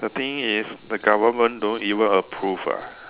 the thing is the government don't even approve ah